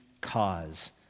cause